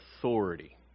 authority